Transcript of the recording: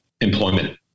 employment